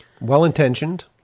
Well-intentioned